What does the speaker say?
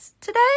today